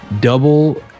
double